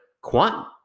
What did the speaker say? Quant